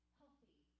healthy